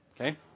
Okay